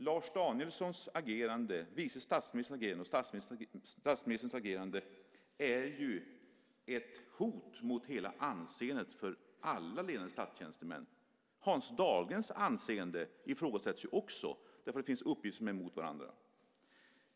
Lars Danielssons, vice statsministerns och statsministerns agerande är ett hot mot hela anseendet för alla ledande statstjänstemän. Hans Dahlgrens anseende hotas ju också därför att det finns uppgifter som står emot varandra.